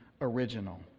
original